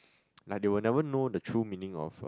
like they would never know the true meaning of a